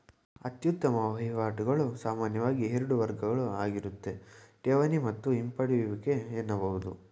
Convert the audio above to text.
ಅತ್ಯುತ್ತಮ ವಹಿವಾಟುಗಳು ಸಾಮಾನ್ಯವಾಗಿ ಎರಡು ವರ್ಗಗಳುಆಗಿರುತ್ತೆ ಠೇವಣಿ ಮತ್ತು ಹಿಂಪಡೆಯುವಿಕೆ ಎನ್ನಬಹುದು